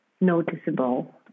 noticeable